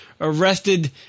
Arrested